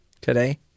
today